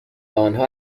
آنها